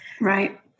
Right